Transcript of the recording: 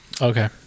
Okay